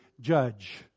judge